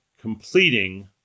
completing